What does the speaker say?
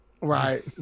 Right